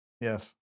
Yes